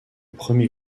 premier